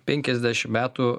penkiasdešim metų